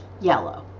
yellow